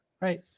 right